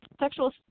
sexual